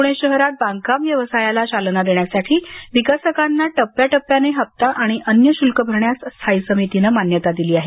पुणे शहरात बांधकाम व्यवसायाला चालना देण्यासाठी विकसकांना टप्प्याटप्प्याने हप्ता आणि अन्य शुल्क भरण्यास स्थाई समितीनं मान्यता दिली आहे